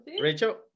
Rachel